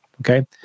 Okay